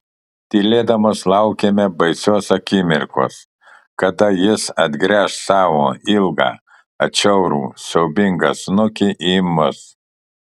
tylėdamos laukėme baisios akimirkos kada jis atgręš savo ilgą atšiaurų siaubingą snukį į mus